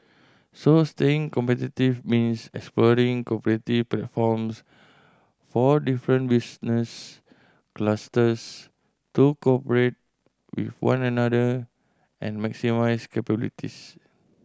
so staying competitive means exploring cooperative platforms for different business clusters to cooperate with one another and maximise capabilities